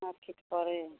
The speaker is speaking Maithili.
मार्किट पड़ै